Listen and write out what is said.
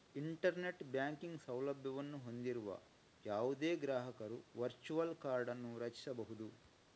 internet banking ಸೌಲಭ್ಯವನ್ನು ಹೊಂದಿರುವ ಯಾವುದೇ ಗ್ರಾಹಕರು ವರ್ಚುವಲ್ ಕಾರ್ಡ್ ಅನ್ನು ರಚಿಸಬಹುದು